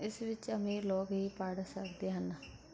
ਇਸ ਵਿੱਚ ਅਮੀਰ ਲੋਕ ਹੀ ਪੜ੍ਹ ਸਕਦੇ ਹਨ